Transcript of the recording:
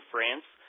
France